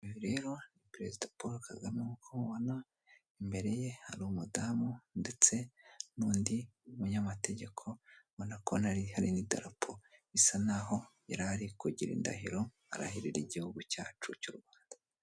Uyu rero ni perezida Paul kagame nk'uko mubibona, imbere ye hari umudamu ndetse n'undi munyamategeko, ubona ko hari n'idarapo bisa naho yarari kugira indahiro arahirira igihugu cyacu cy'u Rwanda.